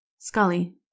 Scully